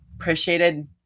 appreciated